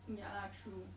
ya lah true